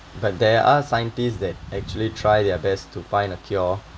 but there are scientists that actually try their best to find a cure